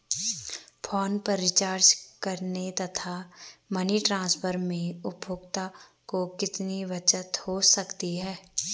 Phone पर recharge करने तथा मनी ट्रांसफर में उपभोक्ता को कितनी बचत हो सकती है?